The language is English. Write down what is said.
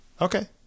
okay